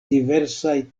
diversaj